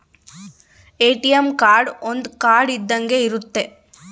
ATM card ಒಂದ್ card ಇದ್ದಂಗೆ ಇರುತ್ತೆ